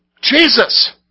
Jesus